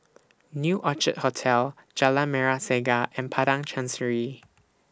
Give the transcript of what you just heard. New Orchid Hotel Jalan Merah Saga and Padang Chancery